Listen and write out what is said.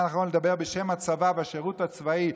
בזמן האחרון לדבר בשם הצבא והשירות הצבאי,